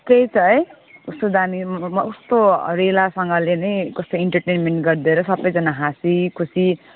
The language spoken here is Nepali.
त्यही त है कस्तो दामी म म कस्तो रेलासँगले नै कस्तो इन्टरटेनमेन गरिदिएर सबैजना हाँसीखुसी